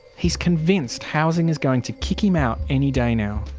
he's convinced housing is going to kick him out any day now.